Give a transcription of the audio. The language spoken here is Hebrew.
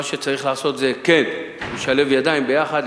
מה שצריך לעשות זה כן לשלב ידיים יחד,